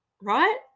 Right